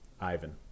Ivan